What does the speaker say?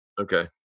Okay